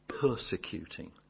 persecuting